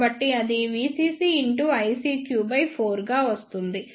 కాబట్టి అది VCC ICQ 4 గా వస్తుంది